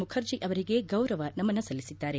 ಮುಖರ್ಜಿ ಅವರಿಗೆ ಗೌರವ ನಮನ ಸಲ್ಲಿಸಿದ್ದಾರೆ